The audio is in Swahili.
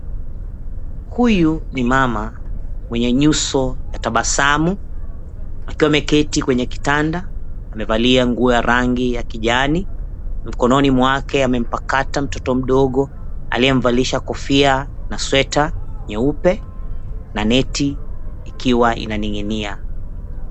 Huyu ni mama mwenye nyuso ya tabasamu akiwa ameketi kwenye kitanda. Amevalia nguo ya rangi ya kijani mikononi mwake amempakata mtoto mdogo aliyemvalisha kofia na sweta nyeupe na neti ikiwa inaning'inia.